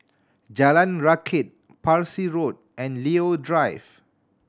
Jalan Rakit Parsi Road and Leo Drive